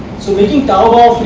so making taobao free,